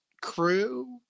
crew